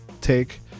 take